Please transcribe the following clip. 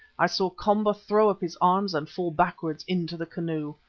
i saw komba throw up his arms and fall backwards into the canoe.